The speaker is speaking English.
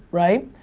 right?